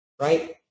right